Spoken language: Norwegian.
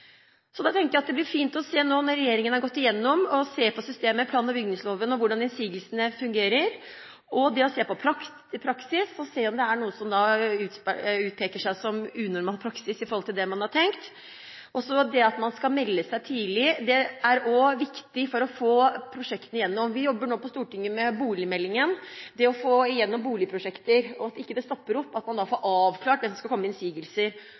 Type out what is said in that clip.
fint nå når regjeringen har gått igjennom dette, å se på systemet med plan- og bygningsloven og hvordan innsigelsene fungerer, se på praksisen for å se om noe peker seg ut som unormal praksis i forhold til det man hadde tenkt. Å melde seg tidlig er også viktig for å få prosjektene igjennom. Vi jobber nå på Stortinget med boligmeldingen og det å få igjennom boligprosjekter – at de ikke stopper opp – og at man får avklart hvem som skal komme med innsigelser.